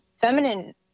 feminine